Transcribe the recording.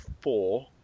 four